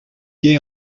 gai